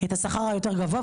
את השכר היותר גבוה,